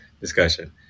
discussion